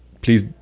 please